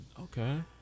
Okay